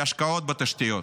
להשקעה בתשתיות.